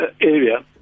area